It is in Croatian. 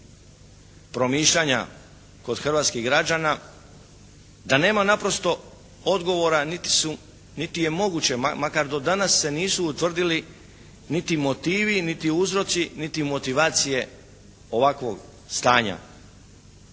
promišljanja kod hrvatskih građana, da nema naprosto odgovora niti je moguće makar do danas se nisu utvrdili niti motivi niti uzroci niti motivacije ovakvog stanja.